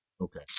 Okay